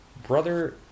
brother